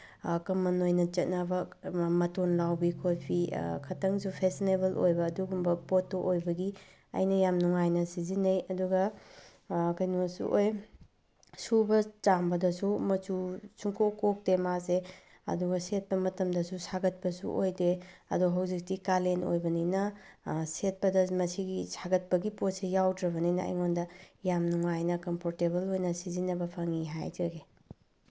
ꯀꯃꯟ ꯑꯣꯏꯅ ꯆꯠꯅꯕ ꯃꯇꯣꯟ ꯂꯥꯎꯕꯤ ꯈꯣꯠꯄꯤ ꯈꯤꯇꯪꯁꯨ ꯐꯦꯁꯟꯅꯦꯕꯜ ꯑꯣꯏꯕ ꯑꯗꯨꯒꯨꯝꯕ ꯄꯣꯠꯇꯨ ꯑꯣꯏꯕꯒꯤ ꯑꯩꯅ ꯌꯥꯝ ꯅꯨꯡꯉꯥꯏꯅ ꯁꯤꯖꯤꯟꯅꯩ ꯑꯗꯨꯒ ꯀꯩꯅꯣꯁꯨ ꯑꯣꯏ ꯁꯨꯕ ꯆꯥꯝꯕꯗꯁꯨ ꯃꯆꯨ ꯁꯨꯡꯀꯣꯛ ꯀꯣꯛꯇꯦ ꯃꯥꯁꯦ ꯑꯗꯨꯒ ꯁꯦꯠꯄ ꯃꯇꯝꯗꯁꯨ ꯁꯥꯒꯠꯄꯁꯨ ꯑꯣꯏꯗꯦ ꯑꯗꯣ ꯍꯧꯖꯤꯛꯇꯤ ꯀꯥꯂꯦꯟ ꯑꯣꯏꯕꯅꯤꯅ ꯁꯦꯠꯄꯗ ꯃꯁꯤꯒꯤ ꯁꯥꯒꯠꯄꯒꯤ ꯄꯣꯠꯁꯦ ꯌꯥꯎꯗ꯭ꯔꯕꯅꯤꯅ ꯑꯩꯉꯣꯟꯗ ꯌꯥꯝ ꯅꯨꯡꯉꯥꯏꯅ ꯀꯝꯐꯣꯔꯇꯦꯕꯜ ꯑꯣꯏꯅ ꯁꯤꯖꯤꯟꯅꯕ ꯐꯪꯉꯤ ꯍꯥꯏꯖꯒꯦ